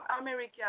America